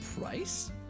price